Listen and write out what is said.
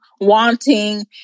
wanting